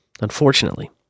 unfortunately